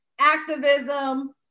activism